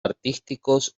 artísticos